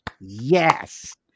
Yes